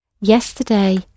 yesterday